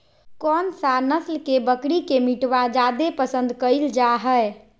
कौन सा नस्ल के बकरी के मीटबा जादे पसंद कइल जा हइ?